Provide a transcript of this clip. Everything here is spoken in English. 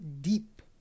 deep